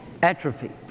atrophy